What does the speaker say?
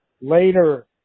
later